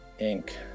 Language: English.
Inc